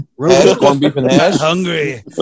Hungry